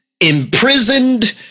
imprisoned